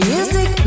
Music